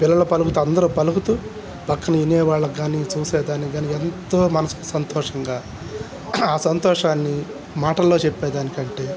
పిల్లలు పలుకుతూ అందరూ పలుగుతూ ప్రక్కన వినేేవాళ్ళకు కానీ చూసేదానికి కానీ ఎంతో మనసుకు సంతోషంగా ఆ సంతోషాన్ని మాటల్లో చెప్పేదానికంటే